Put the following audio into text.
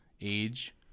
age